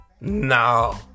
No